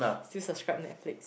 still subscribe Netflix